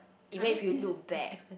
even if you look back